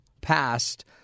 passed